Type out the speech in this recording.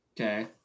Okay